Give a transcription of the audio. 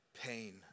pain